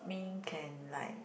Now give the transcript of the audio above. mean can like